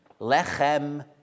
lechem